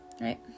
Right